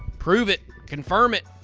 prove it, confirm it.